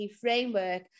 framework